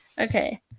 Okay